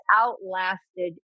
outlasted